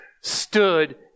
stood